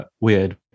weird